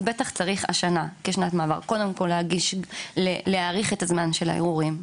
אז בטח צריך השנה כשנת מעבר קודם כל להאריך של הזמן של הערעורים.